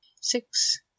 Six